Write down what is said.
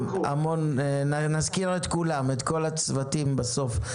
נזכיר את כל הצוותים בסוף.